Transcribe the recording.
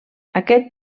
aquest